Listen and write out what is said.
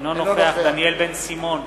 אינו נוכח דניאל בן-סימון,